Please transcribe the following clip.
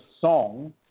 song